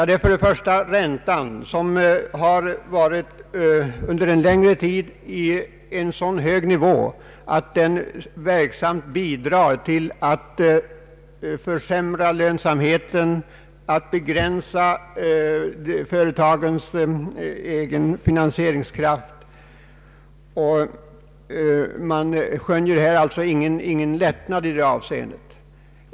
Det är för det första räntan, som under en längre tid varit så hög, att den verksamt bidrar till att försämra lönsamheten och begränsar företagens egen finansieringskraft — och vi skönjer ju ingen lättnad i detta avseende.